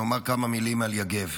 לומר כמה מילים על יגב.